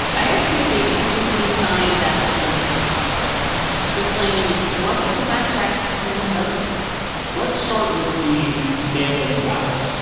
i asked casey to take me inside that decision making process to explain what gets a fact check and what doesn't let's start with the mail in ballots.